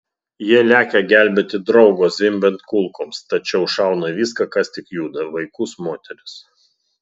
jie lekia gelbėti draugo zvimbiant kulkoms tačiau šauna į viską kas tik juda vaikus moteris